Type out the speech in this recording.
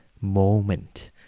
moment